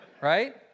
right